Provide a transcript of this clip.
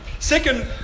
second